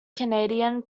canadian